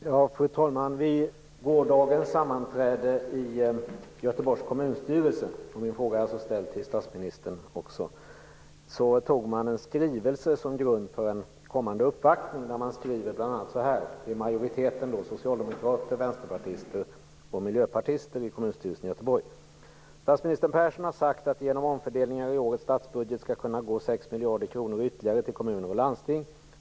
Fru talman! Min fråga ställs till statsministern. Vid gårdagens sammanträde i Göteborgs kommunstyrelse antog man en skrivelse som grund för en kommande uppvaktning. Det är majoriteten - socialdemokrater, vänsterpartister och miljöpartister - i kommunstyrelsen i Göteborg som skriver bl.a. så här: Statsminister Persson har sagt att det genom omfördelningar i årets statsbudget skall kunna gå 6 miljarder kronor ytterligare till kommuner och landsting.